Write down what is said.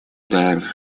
дер